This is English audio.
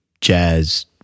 jazz